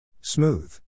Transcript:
Smooth